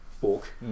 book